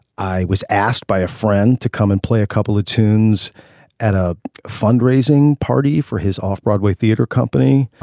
i was asked by a friend to come and play a couple of tunes at a fundraising party for his off broadway theater company.